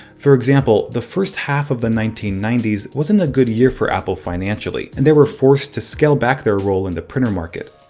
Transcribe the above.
for example, the first half of the nineteen ninety s wasn't a good year for apple financially, and they were forced to scale back their role in the printer market.